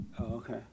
Okay